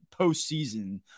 postseason